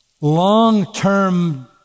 long-term